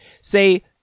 Say